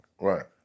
right